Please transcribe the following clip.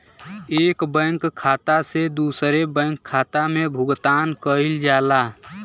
एक बैंक खाता से दूसरे बैंक खाता में भुगतान कइल जाला